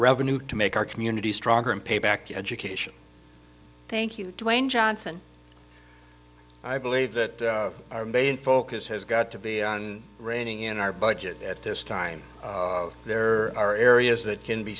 revenue to make our communities stronger and pay back to education thank you dwayne johnson i believe that our main focus has got to be on reining in our budget at this time there are areas that can be